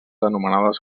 anomenades